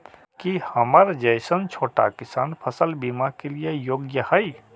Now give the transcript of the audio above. की हमर जैसन छोटा किसान फसल बीमा के लिये योग्य हय?